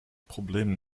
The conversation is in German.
problem